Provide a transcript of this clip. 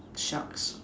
sharks